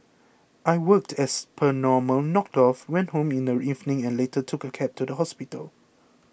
I worked as per normal knocked off went home in the evening and later took a cab to the hospital